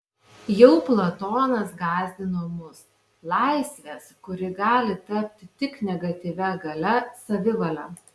jau platonas gąsdino mus laisvės kuri gali tapti tik negatyvia galia savivale